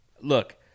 look